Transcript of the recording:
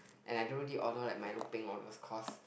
and I don't really order milo peng all those cause